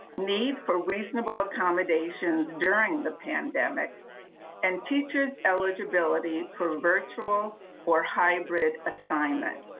need for reasonable accommodations during the pandemic and teachers eligibility for virtual or hybrid assignment.